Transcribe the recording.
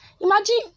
Imagine